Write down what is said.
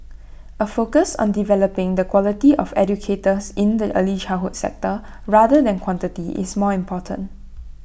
A focus on developing the quality of educators in the early childhood sector rather than quantity is more important